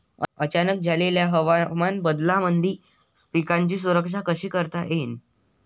अचानक झालेल्या हवामान बदलामंदी पिकाची सुरक्षा कशी करता येईन?